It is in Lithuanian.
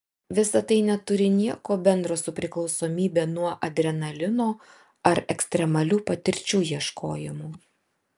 visa tai neturi nieko bendro su priklausomybe nuo adrenalino ar ekstremalių patirčių ieškojimu